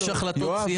יש החלטות סיעה.